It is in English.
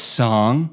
song